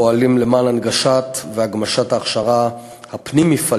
אנחנו פועלים להנגשה והגמשה של ההכשרה הפנים-מפעלית,